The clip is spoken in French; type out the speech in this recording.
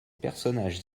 personnages